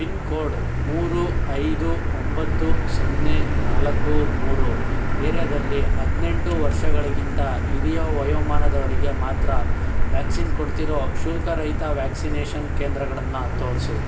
pin code ಮೂರು ಐದು ಒಂಬತ್ತು ಸೊನ್ನೆ ನಾಲ್ಕು ಮೂರು ಏರಿಯಾದಲ್ಲಿ ಹದಿನೆಂಟು ವರ್ಷಗಳಿಗಿಂತ ಹಿರಿಯ ವಯೋಮಾನದವರಿಗೆ ಮಾತ್ರ ವ್ಯಾಕ್ಸಿನ್ ಕೊಡ್ತಿರೋ ಶುಲ್ಕರಹಿತ ವ್ಯಾಕ್ಸಿನೇಷನ್ ಕೇಂದ್ರಗಳನ್ನು ತೋರಿಸು